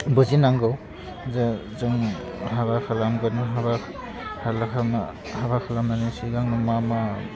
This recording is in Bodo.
बुजिनांगौ जे जों हाबा खालामगोन हाबा खालामनो हाबा खालामनायनि सिगांनो मा मा